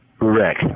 Rick